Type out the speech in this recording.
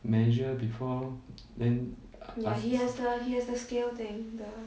measure before then a~ as~